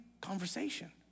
conversation